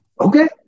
Okay